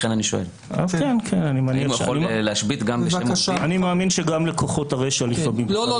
לכן אני שואל --- אני מאמין שגם כוחות הרשע לפעמים -- לא,